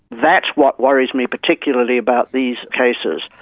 that's what worries me particularly about these cases,